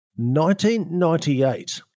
1998